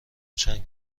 چند